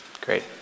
Great